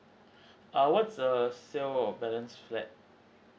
err what's a sale of balance flat